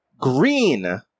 Green